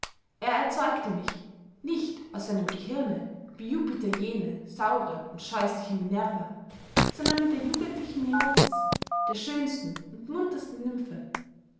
er erzeugte mich nicht aus seinem gehirne wie jupiter jene saure und scheußliche minerva sondern mit der jugendlichen neotes der schönsten und muntersten nymphe